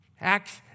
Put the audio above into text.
Acts